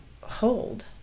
hold